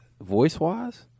voice-wise